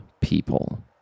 people